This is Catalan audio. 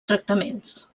tractaments